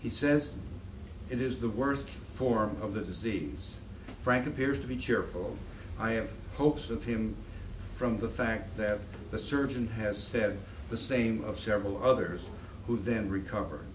he says it is the worst form of the disease frank appears to be cheerful i have hopes of him from the fact that the surgeon has said the same of several others who then recover